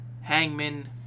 Hangman